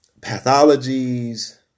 pathologies